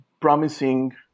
promising